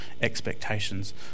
expectations